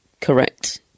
correct